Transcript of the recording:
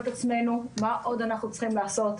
את עצמנו מה עוד אנחנו צריכים לעשות,